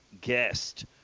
guest